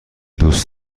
دوست